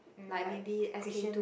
like maybe S K two